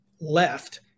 left